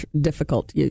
difficult